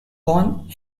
born